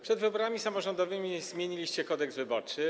Przed wyborami samorządowymi zmieniliście Kodeks wyborczy.